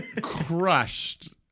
crushed